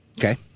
Okay